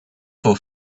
for